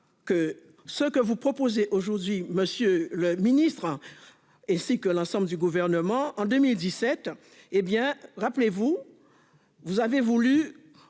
que ce que vous proposez aujourd'hui monsieur le ministre a et c'est que l'ensemble du gouvernement en 2017. Hé bien, rappelez-vous. Vous avez voulu.